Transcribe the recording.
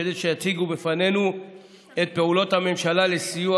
כדי שיציגון בפנינו את פעולות הממשלה לסיוע